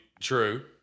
true